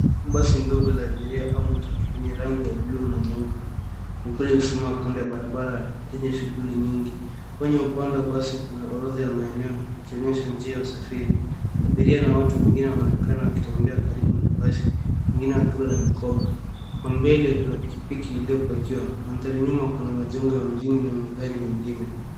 Basi ndogo la abiria au matatu lenye rangi ya buluu na nyeupe ikiwa imesimama kando ya barabara yenye shughuli nyingi. Kwenye upande wa basi kuna orodha ya maeneo ikionyesha njia ya usafiri. Abiria na watu wengine wanaonekana wakitembea karibu na basi, wengine wakiwa na mikoba. Kwa mbele kuna pikipiki iliyopakiwa. Mandhari nyuma kuna majengo ya mjini na magari mengine.